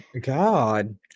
God